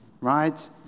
right